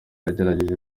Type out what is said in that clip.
agerageje